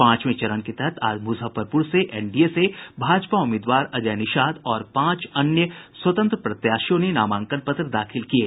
पांचवें चरण के तहत आज मुजफ्फरपुर से एनडीए से भाजपा उम्मीदवार अजय निषाद और पांच अन्य स्वतंत्र प्रत्याशियों ने नामांकन पत्र दाखिल किये